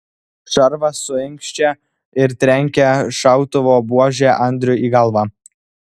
šarvas suinkščia ir trenkia šautuvo buože andriui į galvą